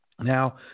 Now